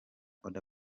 oda